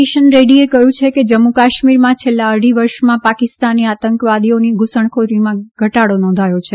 કિશન રેડ્ડીએ કહ્યું છે કે જમ્મુ કાશ્મીરમાં છેલ્લા અઢી વર્ષમાં પાકિસ્તાની આતંકવાદીઓની ધૂસણખોરીમાં ઘટાડો નોંધાયો છે